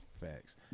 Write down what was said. facts